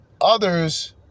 Others